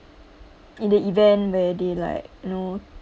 in the event where they like you know